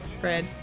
Fred